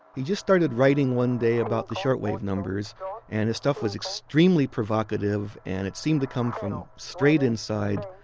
he just started writing one day about the shortwave numbers and the stuff was extremely provocative, and it seemed to come from straight inside.